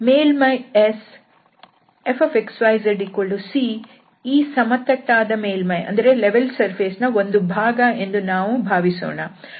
ಮೇಲ್ಮೈ S fxyzC ಈ ಸಮತಟ್ಟಾದ ಮೇಲ್ಮೈ ಯ ಒಂದು ಭಾಗ ಎಂದು ನಾವು ಭಾವಿಸೋಣ